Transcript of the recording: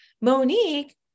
Monique